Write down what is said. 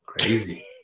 Crazy